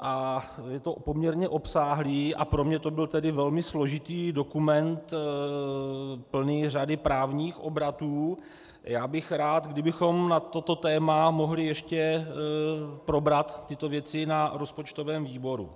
a je to poměrně obsáhlý a pro mě to byl velmi složitý dokument plný řady právních obratů, tak bych rád, kdybychom na toto téma mohli ještě probrat věci na rozpočtovém výboru.